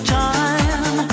time